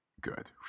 Good